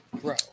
bro